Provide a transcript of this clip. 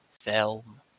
film